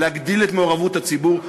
להגדיל את מעורבות הציבור.